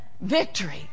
victory